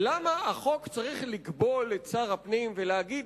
למה החוק צריך לכבול את שר הפנים ולהגיד